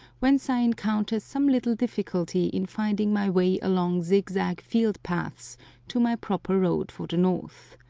whence i encounter some little difficulty in finding my way along zigzag field-paths to my proper road for the north.